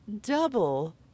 double